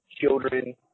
children